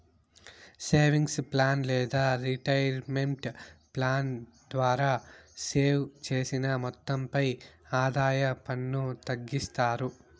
savings plan లేదా retirement plan ద్వారా save చేసిన మొత్తంపై ఆదాయ పన్ను తగ్గిస్తారు